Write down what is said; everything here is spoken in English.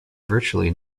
virtually